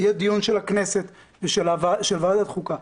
יהיה דיון של הכנסת ושל ועדת החוקה.